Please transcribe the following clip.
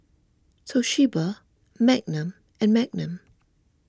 Toshiba Magnum and Magnum